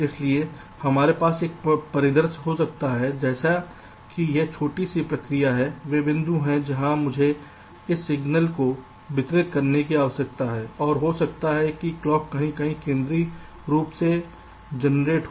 इसलिए हमारे पास एक परिदृश्य हो सकता है जैसे कि यह छोटी सी प्रक्रिया वे बिंदु हैं जहां मुझे इस सिग्नल को वितरित करने की आवश्यकता है और हो सकता है कि क्लॉक कहीं कहीं केंद्रीय रूप से जनरेट हो